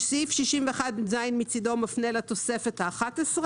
סעיף 61ז מצדו מפנה לתוספת ה-11,